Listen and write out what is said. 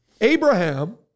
Abraham